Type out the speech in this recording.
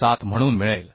087 म्हणून मिळेल